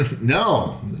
No